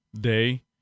Day